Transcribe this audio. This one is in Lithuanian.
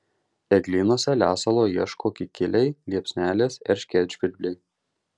eglynuose lesalo ieško kikiliai liepsnelės erškėtžvirbliai